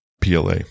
pla